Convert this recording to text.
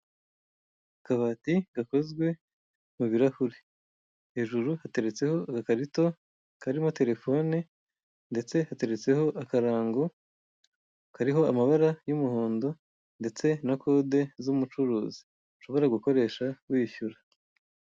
Akabati gakozwe mu birahuri, hejuru hateretseho agakarito karimo telefone ndetse hateretseho akarango kariho amabara y'umuhondo ndetse na kode z'umucuruzi, ushobora gukoresha wishyura.